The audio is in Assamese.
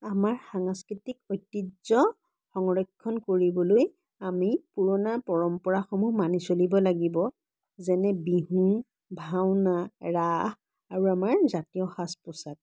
আমাৰ সাংস্কৃতিক ঐতিহ্য সংৰক্ষণ কৰিবলৈ আমি পুৰণা পৰম্পৰাসমূহ মানি চলিব লাগিব যেনে বিহু ভাওনা ৰাস আৰু আমাৰ জাতীয় সাজ পোচাক